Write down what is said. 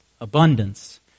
abundance